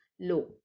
low